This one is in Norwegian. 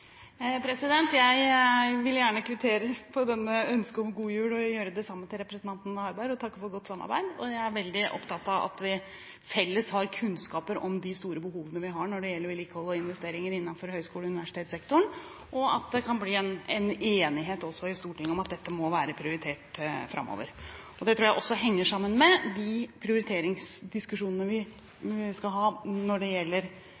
Jeg vil gjerne kvittere på ønsket om god jul, og si det samme til representanten Harberg. Jeg vil takke for godt samarbeid. Jeg er veldig opptatt av at vi felles har kunnskaper om de store behovene vi har når det gjelder vedlikehold og investeringer innenfor høyskole- og universitetssektoren, og at det kan bli en enighet også i Stortinget om at dette må være prioritert framover. Det tror jeg også henger sammen med de prioriteringsdiskusjonene vi skal ha når det gjelder